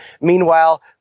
Meanwhile